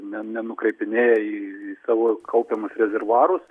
ne ne nukreipinėja į į savo kaupiamus rezervuarus